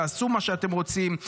תעשו מה שאתם רוצים.